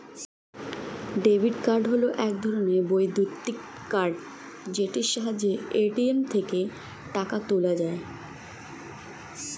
debit card হল এক ধরণের বৈদ্যুতিক কার্ড যেটির সাহায্যে এ.টি.এম থেকে টাকা তোলা যায়